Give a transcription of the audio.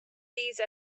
these